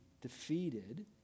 defeated